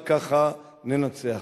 רק ככה ננצח.